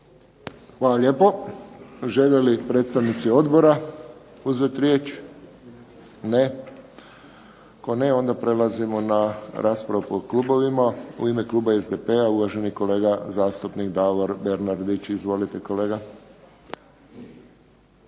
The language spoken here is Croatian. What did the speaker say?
Hvala lijepo. Žele li predstavnici odbora uzeti riječ? Ne. Ako ne onda prelazimo na raspravu po klubovima. U ime kluba SDP-a uvaženi kolega zastupnik Davor Bernardić. Izvolite, kolega.